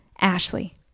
Ashley